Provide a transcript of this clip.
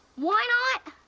why not?